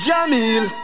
Jamil